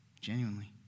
Genuinely